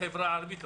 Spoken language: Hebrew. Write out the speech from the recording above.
בחברה הערבית.